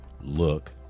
look